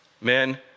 Men